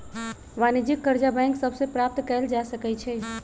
वाणिज्यिक करजा बैंक सभ से प्राप्त कएल जा सकै छइ